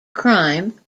crime